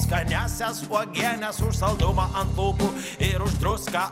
skaniąsias uogienes už saldumą ant lūpų ir už druską